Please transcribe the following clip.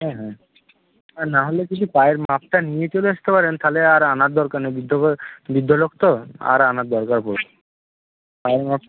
হ্যাঁ হ্যাঁ আর না হলে যদি পায়ের মাপটা নিয়ে চলে আসতে পারেন তাহলে আর আনার দরকার নেই বৃদ্ধ বৃদ্ধ লোক তো আর আনার দরকার পড়বে না পায়ের মাপ